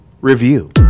review